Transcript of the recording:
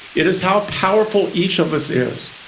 it is how powerful each of us is.